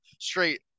straight